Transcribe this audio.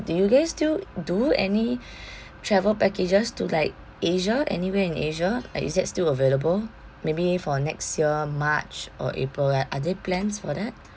do you guys still do any travel packages to like asia anywhere in asia like is that still available maybe for next year march or april like are there plans for that